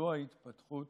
שזו ההתפתחות